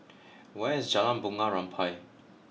where is Jalan Bunga Rampai